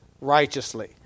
righteously